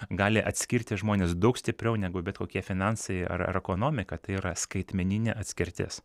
gali atskirti žmones daug stipriau negu bet kokie finansai ar ar ekonomika tai yra skaitmeninė atskirtis